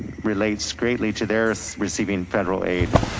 relates greatly to they're receiving federal aid.